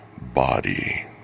body